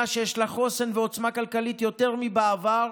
שיש לה חוסן ועוצמה כלכלית יותר מבעבר,